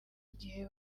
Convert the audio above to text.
igihe